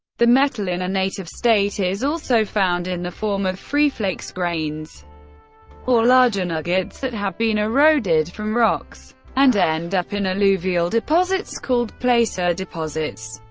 the metal in a native state is also found in the form of free flakes, grains or larger nuggets that have been eroded from rocks and end up in alluvial deposits called placer deposits.